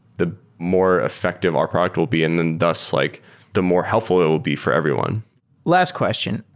the more effective our product will be, and then thus like the more helpful it will be for everyone last question.